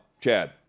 Chad